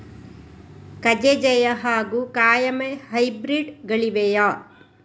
ಕಜೆ ಜಯ ಹಾಗೂ ಕಾಯಮೆ ಹೈಬ್ರಿಡ್ ಗಳಿವೆಯೇ?